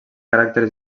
caràcter